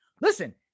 listen